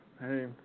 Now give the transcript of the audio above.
Hey